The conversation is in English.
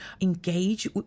engage